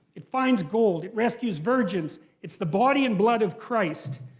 it finds gold. it rescues virgins. it's the body and blood of christ.